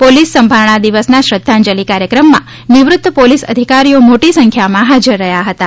police સંભારણા દિવસના શ્રદ્ધાંજલિ કાર્યક્રમમાં નિવૃત્ત પોલીસ અધિકારીઓ મોટી સંખ્યામાં હાજર રહ્યાં હતાં